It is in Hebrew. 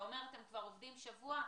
אתה אומר שאתם עובדים כבר שבוע?